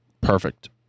perfect